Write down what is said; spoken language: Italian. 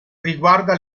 riguarda